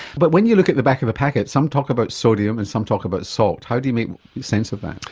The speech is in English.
but when you look at the back of the packet, some talk about sodium and some talk about salt. how do you make sense of that?